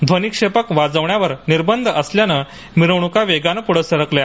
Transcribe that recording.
ध्वनिक्षेपक वाजवण्यावर निर्बंध असल्याने मिरवणुका वेगाने पुढे सरकल्या